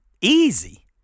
Easy